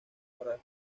para